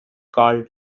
called